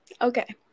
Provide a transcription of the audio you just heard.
Okay